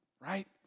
right